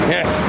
Yes